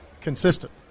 consistent